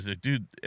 dude